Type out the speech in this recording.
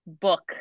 book